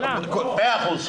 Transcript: מאה אחוז.